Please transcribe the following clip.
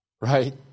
Right